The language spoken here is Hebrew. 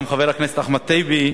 גם חבר הכנסת אחמד טיבי,